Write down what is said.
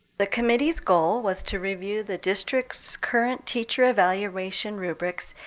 the committee's goal was to review the district's current teacher evaluation rubrics,